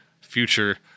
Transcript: future